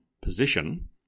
position